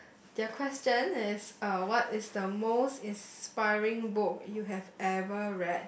your question is uh what is the most inspiring book you have ever read